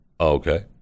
okay